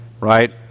right